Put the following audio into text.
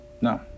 No